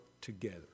together